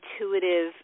intuitive